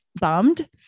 bummed